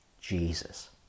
Jesus